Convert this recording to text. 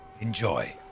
Enjoy